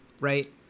right